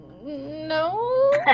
no